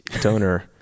donor